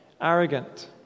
arrogant